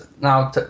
Now